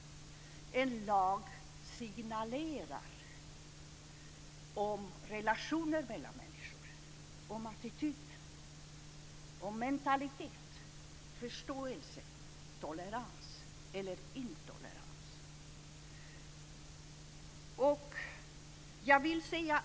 En lag signalerar om relationer mellan människor, om attityder och om mentalitet, förståelse och tolerans eller intolerans.